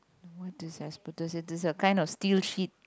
what is asbestos it's a kind of steel sheet